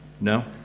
No